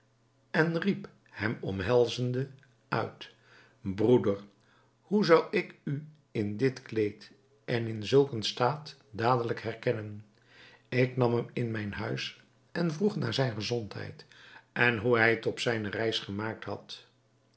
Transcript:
en riep hem omhelzende uit broeder hoe zou ik u in dit kleed en in zulk eenen staat dadelijk herkennen ik nam hem in mijn huis en vroeg naar zijne gezondheid en hoe hij het op zijne reis gemaakt had